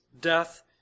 death